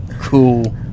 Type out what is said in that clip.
cool